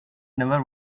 never